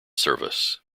service